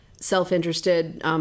self-interested